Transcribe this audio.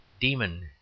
Demon